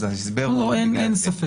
אז ההסבר הוא --- אין ספק.